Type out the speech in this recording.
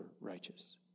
righteous